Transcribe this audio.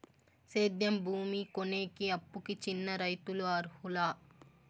సేద్యం భూమి కొనేకి, అప్పుకి చిన్న రైతులు అర్హులా?